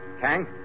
Kang